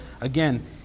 again